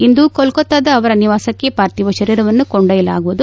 ಇಂದು ಕೊಲ್ಕತಾದ ಅವರ ನಿವಾಸಕ್ಕೆ ಪಾರ್ಥೀವ ಶರೀರವನ್ನು ಕೊಂಡೊಯ್ಯಲಾಗುವುದು